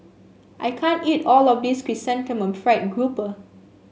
I can't eat all of this Chrysanthemum Fried Grouper